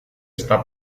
está